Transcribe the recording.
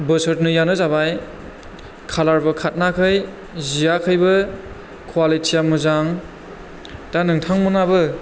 बोसोरनैयानो जाबाय खालारबो खाथनाखै जियाखैबो कवालिटिया मोजां दा नोंथांमोनहाबो